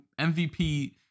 mvp